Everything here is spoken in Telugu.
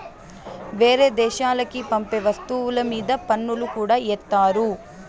వేరే దేశాలకి పంపే వస్తువుల మీద పన్నులు కూడా ఏత్తారు